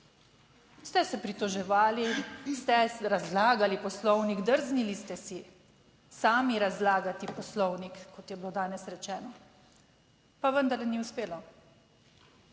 Ste se pritoževali, ste razlagali Poslovnik, drznili ste si sami razlagati Poslovnik, kot je bilo danes rečeno, pa vendarle ni uspelo.